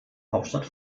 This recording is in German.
hauptstadt